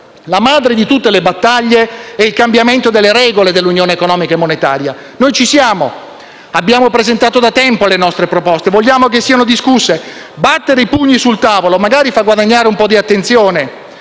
La madre di tutte le battaglie è il cambiamento delle regole dell'Unione economica e monetaria. Noi ci siamo e abbiamo presentato da tempo le nostre proposte. Vogliamo che siano discusse. Battere i pugni sul tavolo magari fa guadagnare un po' di attenzione,